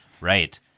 Right